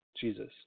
Jesus